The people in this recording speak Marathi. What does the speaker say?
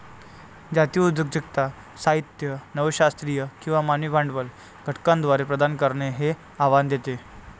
जातीय उद्योजकता साहित्य नव शास्त्रीय किंवा मानवी भांडवल घटकांद्वारे प्रदान करणे हे आव्हान देते